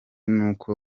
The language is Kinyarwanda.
nuko